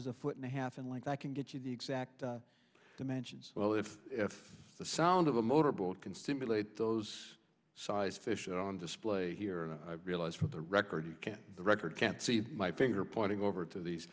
as a foot and a half and like that can get you the exact dimensions well if if the sound of a motorboat can stimulate those size fish on display here and realize for the record you can't record can't see my finger pointing over to these